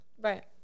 Right